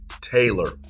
Taylor